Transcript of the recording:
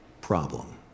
problem